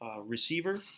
receiver